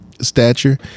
Stature